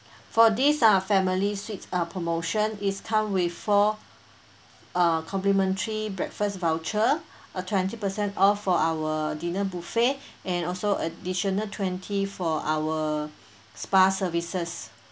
for this err family suites err promotion is come with four err complimentary breakfast voucher a twenty per cent off for our dinner buffet and also additional twenty four hour spa services